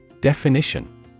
Definition